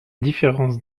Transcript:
différence